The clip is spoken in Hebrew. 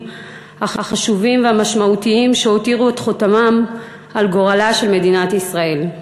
החשובים והמשמעותיים שהותירו את חותמם על גורלה של מדינת ישראל.